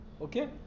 okay